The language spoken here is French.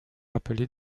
appelées